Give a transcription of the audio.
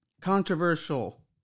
controversial